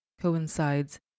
coincides